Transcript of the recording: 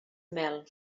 mel